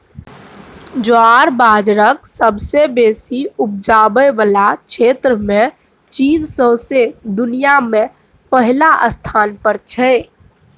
ज्वार बजराक सबसँ बेसी उपजाबै बला क्षेत्रमे चीन सौंसे दुनियाँ मे पहिल स्थान पर छै